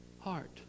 heart